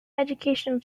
educational